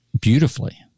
beautifully